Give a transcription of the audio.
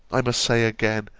i must say again,